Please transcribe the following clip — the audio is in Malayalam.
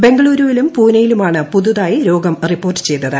ബംഗളൂരുവിലും പൂനെയിലുമാണ് പുതിയതായി രോഗം റിപ്പോർട്ട് ചെയ്തത്